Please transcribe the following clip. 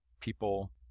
people